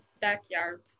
backyard